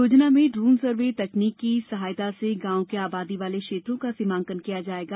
योजना में drone survey तकनीक की सहायता से गांव के आबादी वाले क्षेत्रों का सीमांकन किया जाएगा